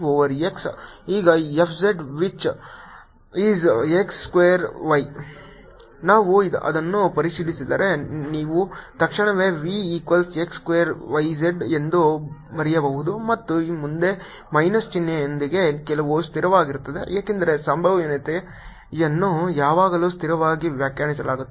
F2xyzix2zjx2yk ∂V∂xFx2xyz ∂V∂yFyx2z ∂V∂z Fzx2y ನಾವು ಅದನ್ನು ಪರಿಶೀಲಿಸಿದರೆ ನೀವು ತಕ್ಷಣವೇ v equals x square y z ಎಂದು ಬರೆಯಬಹುದು ಮತ್ತು ಮುಂದೆ ಮೈನಸ್ ಚಿಹ್ನೆಯೊಂದಿಗೆ ಕೆಲವು ಸ್ಥಿರವಾಗಿರುತ್ತದೆ ಏಕೆಂದರೆ ಸಂಭಾವ್ಯತೆಯನ್ನು ಯಾವಾಗಲೂ ಸ್ಥಿರವಾಗಿ ವ್ಯಾಖ್ಯಾನಿಸಲಾಗುತ್ತದೆ